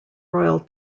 royal